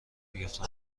بیفتم